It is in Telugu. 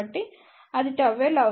కాబట్టి అది ΓL అవుతుంది